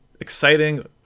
exciting